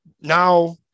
Now